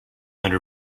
under